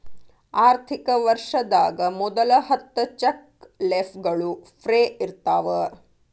ಆರ್ಥಿಕ ವರ್ಷದಾಗ ಮೊದಲ ಹತ್ತ ಚೆಕ್ ಲೇಫ್ಗಳು ಫ್ರೇ ಇರ್ತಾವ